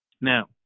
Now